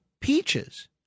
peaches